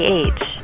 age